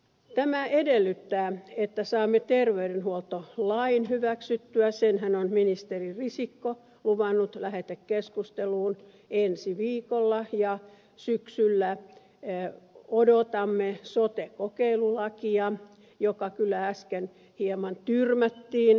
tämä edellyttää että saamme terveydenhuoltolain hyväksyttyä senhän on ministeri risikko luvannut lähetekeskusteluun ensi viikolla ja syksyllä odotamme sote kokeilulakia joka kyllä äsken hieman tyrmättiin ed